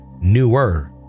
newer